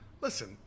Listen